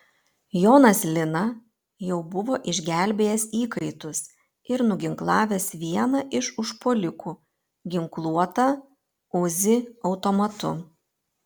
jonas lina jau buvo išgelbėjęs įkaitus ir nuginklavęs vieną iš užpuolikų ginkluotą uzi automatu